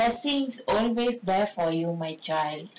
my blessings always there for you my child